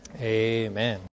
Amen